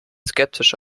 skeptisch